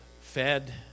fed